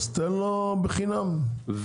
תן לו נסיעה בחינם,